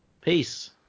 Peace